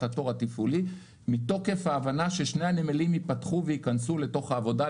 התור התפעולי בלבד מתוקף ההבנה ששני הנמלים ייפתחו וייכנסו לתוך העבודה.